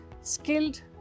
skilled